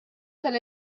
tal